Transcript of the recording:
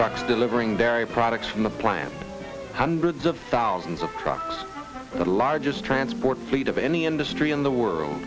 trucks delivering dairy products from the plant hundreds of thousands of trucks the largest transport fleet of any industry in the world